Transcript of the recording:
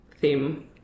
theme